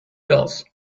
gulls